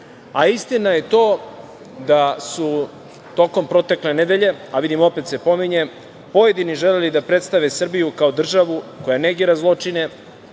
istini. Istina je to da su tokom protekle nedelje, a vidim opet se pominje, pojedini želeli da predstave Srbiju kao državu koja negira zločine,